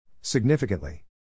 Significantly